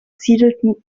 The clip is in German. siedelten